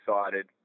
excited